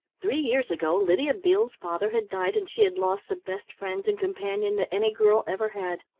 three years ago lydia beale's father had died and she had lost the best friend and companion that any girl ever had.